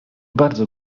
bardzo